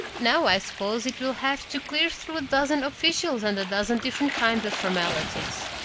now i suppose it will have to clear through a dozen officials and a dozen different kinds of formalities.